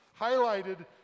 highlighted